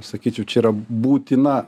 sakyčiau čia yra būtina